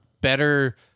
better